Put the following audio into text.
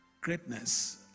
Greatness